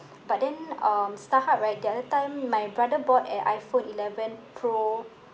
but then um Starhub right the other time my brother bought an iphone eleven pro